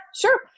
sure